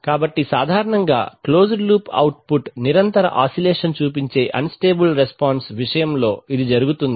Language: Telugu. కాబట్టి సాధారణంగా క్లోజ్డ్ లూప్ అవుట్పుట్ నిరంతర ఆశిలేషన్ చూపించే అన్ స్టేబుల్ రెస్పాన్స్ విషయంలో ఇది జరుగుతుంది